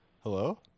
Hello